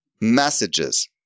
messages